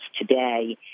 today